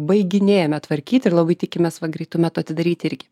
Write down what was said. baiginėjame tvarkyti ir labai tikimės va greitu metu atidaryt irgi